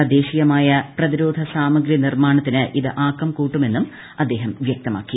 തദ്ദേശീയമായ പ്രതിരോധ സാമഗ്രി നിർമ്മാണത്തിന് ഇത് ആക്കം കൂട്ടുമെന്നും അദ്ദേഹം വൃക്തമാക്കി